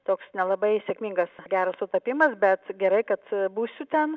toks nelabai sėkmingas geras sutapimas bet gerai kad būsiu ten